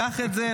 לקח את זה,